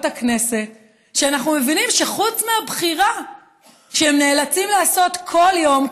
הכנסת כשאנחנו מבינים שחוץ מהבחירה שהם נאלצים לעשות כל יום,